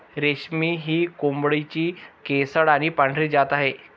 रेशमी ही कोंबडीची केसाळ आणि पांढरी जात आहे